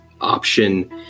option